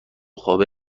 خوابه